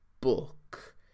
book